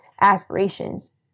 aspirations